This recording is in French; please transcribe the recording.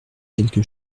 quelque